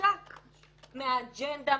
מנותק מהאג'נדה,